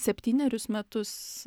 septynerius metus